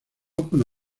con